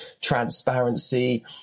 transparency